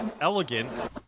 elegant